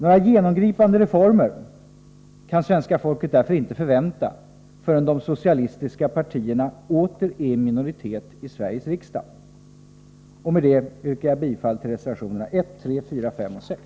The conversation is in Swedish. Några genomgripande reformer kan svenska folket därför inte förvänta förrän de socialistiska partierna åter är i minoritet i Sveriges riksdag. Med detta yrkar jag bifall till reservationerna 1, 3, 4, 5 och 6.